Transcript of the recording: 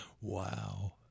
wow